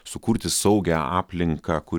sukurti saugią aplinką ku